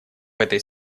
этой